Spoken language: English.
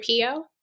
Pio